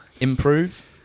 improve